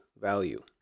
value